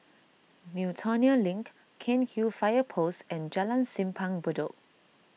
Miltonia Link Cairnhill Fire Post and Jalan Simpang Bedok